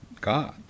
God